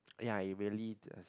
ya you believe us